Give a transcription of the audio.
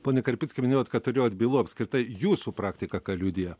pone karpickai minėjot kad turėjot bylų apskritai jūsų praktika ką liudija